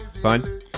fine